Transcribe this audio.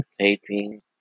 taping